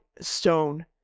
stone